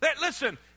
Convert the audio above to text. Listen